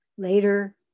Later